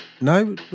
no